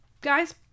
guy's